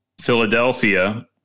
Philadelphia